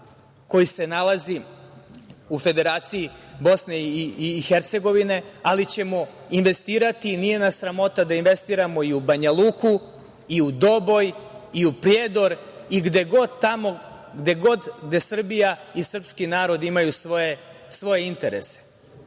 koji se nalazi u Federaciji BiH, ali ćemo investirati, nije nas sramota da investiramo i u Banjaluku, i u Doboj, i u Prijedor, i gde god gde Srbija i srpski narod imaju svoje interese. Pritisci